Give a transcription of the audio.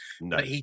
No